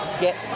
get